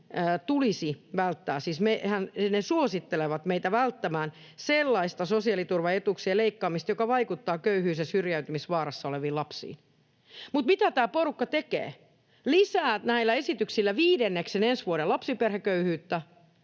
suosituksissaan, ja he suosittelevat meitä välttämään sellaista sosiaaliturvaetuuksien leikkaamista, joka vaikuttaa köyhyys- ja syrjäytymisvaarassa oleviin lapsiin. Mutta mitä tämä porukka tekee? Lisää näillä esityksillä viidenneksen ensi vuoden lapsiperheköyhyyttä,